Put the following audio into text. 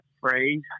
phrase